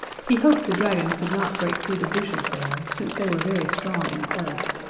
he hoped the dragon could not break through the bushes there, since they were very strong and close.